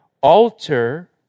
alter